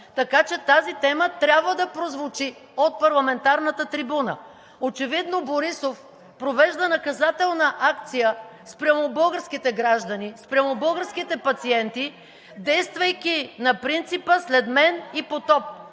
Така че тази тема трябва да прозвучи от парламентарната трибуна. Очевидно Борисов провежда наказателна акция спрямо българските граждани, спрямо българските пациенти… РЕПЛИКА ОТ ГЕРБ-СДС: Каква е тази